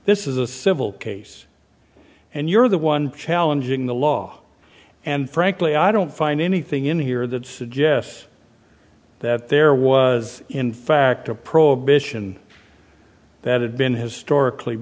this is a civil case and you're the one challenging the law and frankly i don't find anything in here that suggests that there was in fact a prohibition that had been historically